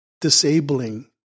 disabling